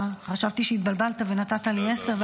חשבתי שהתבלבלת ונתת לי עשר דקות,